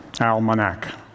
almanac